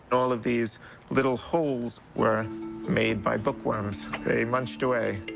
all of these little holes were made by book worms. they munched away.